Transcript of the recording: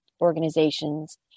organizations